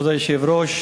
כבוד היושב-ראש,